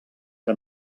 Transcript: que